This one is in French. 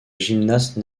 gymnaste